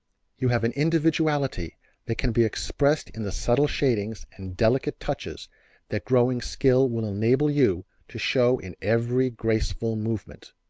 you have an individuality that can be expressed in the subtle shadings and delicate touches that growing skill will enable you to show in every graceful movement.